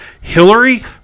Hillary